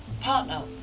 partner